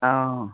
অঁ